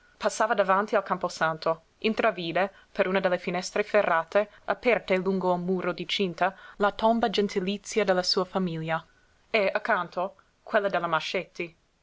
passava davanti al camposanto intravide per una delle finestre ferrate aperte lungo il muro di cinta la tomba gentilizia della sua famiglia e accanto quella della mascetti